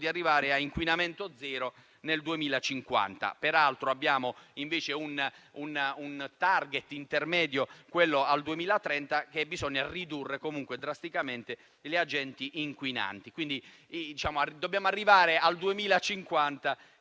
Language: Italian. arrivare a inquinamento zero nel 2050. Peraltro, abbiamo invece un *target* intermedio al 2030, per cui bisogna ridurre comunque drasticamente gli agenti inquinanti. Dobbiamo quindi arrivare a che